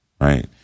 right